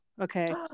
okay